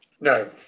No